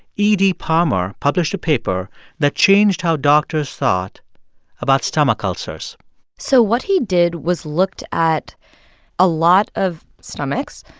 e d. palmer published a paper that changed how doctors thought about stomach ulcers so what he did was looked at a lot of stomachs,